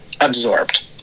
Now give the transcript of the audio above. absorbed